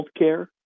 healthcare